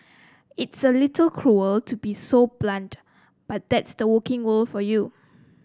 it's a little cruel to be so blunt but that's the working world for you